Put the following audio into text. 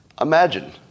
Imagine